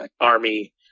army